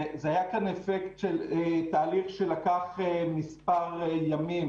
זה היה תהליך שלקח מספר ימים.